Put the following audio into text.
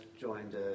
joined